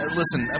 listen